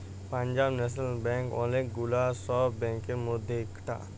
Punjab national bank ওলেক গুলা সব ব্যাংকের মধ্যে ইকটা